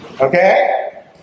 Okay